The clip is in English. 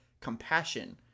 compassion